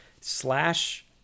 slash